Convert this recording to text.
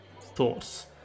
thoughts